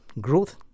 growth